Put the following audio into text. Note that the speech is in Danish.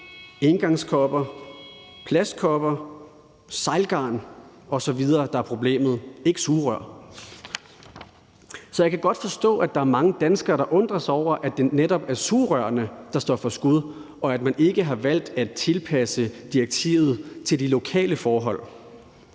flamingoengangskopper, plastkopper, sejlgarn osv., der er problemet – ikke sugerør. Jeg kan godt forstå, at der er mange danskere, der undrer sig over, at det netop er sugerørene, der står for skud, og at man ikke har valgt at tilpasse direktivet til de lokale forhold.